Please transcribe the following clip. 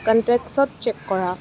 কণ্টেকচত check কৰা